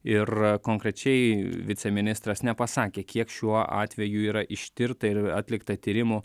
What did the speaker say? ir konkrečiai viceministras nepasakė kiek šiuo atveju yra ištirta ir atlikta tyrimų